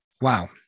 wow